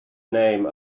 name